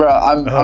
i'm ah